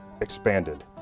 expanded